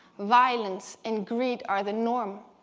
violence, and greed are the norm.